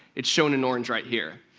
it's shown in orange right here.